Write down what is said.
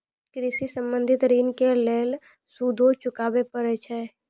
कृषि संबंधी ॠण के लेल सूदो चुकावे पड़त छै?